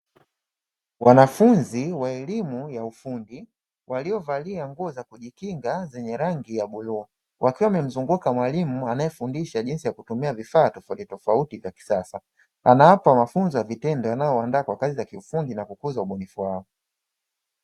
Wanafunzi wa elimu ya ufundi waliovalia nguo za kujikinga zenye rangi ya bluu, wakiwa wamemzunguka mwalimu anayefundisha jinsi ya kutumia vifaa tofautitofauti vya kisasa; anawapa mafunzo ya vitendo yanayowaandaa kwa kazi za kiufundi na kukuza ubunifu wao.